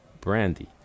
brandy